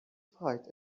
fight